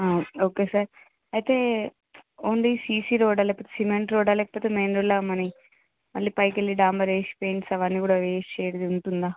okay sir అయితే only CC road లేకపోతే cement road లేకపోతే మెయిన్ రోడ్డు లాగా మరి మళ్ళీ పైకి వెళ్ళి డాంబర్ వేసి పెయింట్స్ అవన్నీ కూడా వేసేది ఉంటుందా